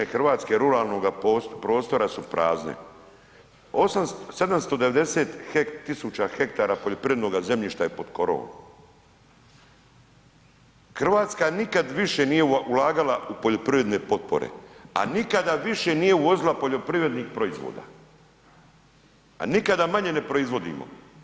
2/3 Hrvatske su prazne, 2/3 Hrvatske ruralnoga prostora su prazne, 790.000 hektara poljoprivrednoga zemljišta je pod korovom, Hrvatska nikad više nije ulagala u poljoprivredne potpore, a nikada više nije uvozila poljoprivrednih proizvoda, a nikada manje ne proizvodimo.